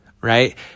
right